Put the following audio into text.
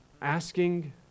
asking